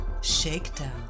Shakedown